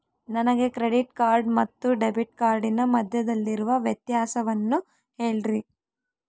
ನನಗೆ credit card ಮತ್ತು debit ಕಾರ್ಡಿನ ಮಧ್ಯದಲ್ಲಿರುವ ವ್ಯತ್ಯಾಸವನ್ನು ಹೇಳ್ರಿ?